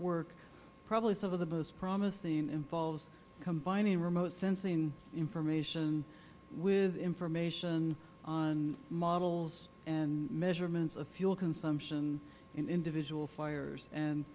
work probably some of the most promising involves combining remote sensing information with information on models and measurements of full consumption in individual fires